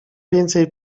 więcej